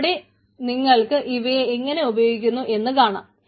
അവിടെ നിങ്ങൾക്ക് ഇവയെ എങ്ങനെ ഉപയോഗിക്കുന്നു എന്ന് കാണാം